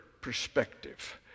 perspective